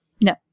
No